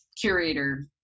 curator